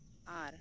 ᱟᱨ